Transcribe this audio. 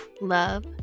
love